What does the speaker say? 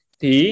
thì